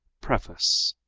preface